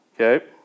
Okay